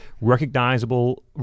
recognizable